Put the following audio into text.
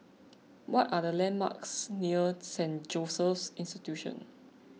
what are the landmarks near Saint Joseph's Institution